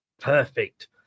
Perfect